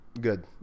good